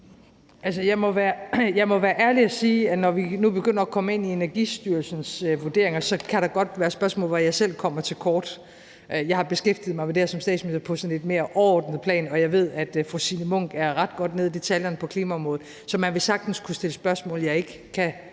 Jeg må være ærlig og sige, at når vi nu begynder at komme ind i Energistyrelsens vurderinger, kan der godt være spørgsmål, hvor jeg selv kommer til kort. Jeg har beskæftiget mig med det her som statsminister på et sådan lidt mere overordnet plan, og jeg ved, at fru Signe Munk er ret godt nede i detaljerne på klimaområdet, så man vil sagtens kunne stille spørgsmål, jeg ikke kan